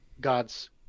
God's